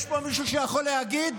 יש פה מישהו שיכול להגיד